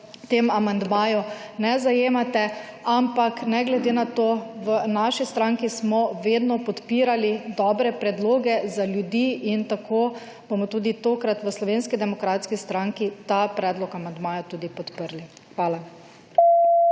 tem amandmaju ne zajemate. Ampak ne glede na to v naši stranki smo vedno podpirali dobre predloge za ljudi in tako bomo tudi tokrat v Slovenski demokratski stranki ta predlog amandmaja tudi **49. TRAK: